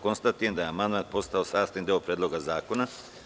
Konstatujem da je amandman postao sastavni deo Predloga zakona.